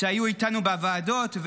שהיו איתנו בוועדות,